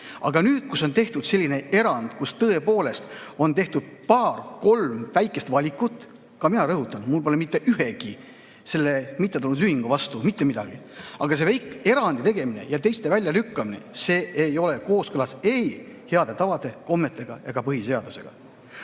Aga nüüd on tehtud selline erand, kus tõepoolest on paar-kolm väikest valikut. Ka mina rõhutan, mul pole mitte ühegi mittetulundusühingu vastu mitte midagi, aga see erandi tegemine ja teiste väljalükkamine ei ole kooskõlas ei heade tavade, kommete ega põhiseadusega.